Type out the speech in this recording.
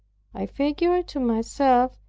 i figured to myself,